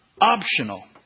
optional